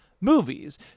movies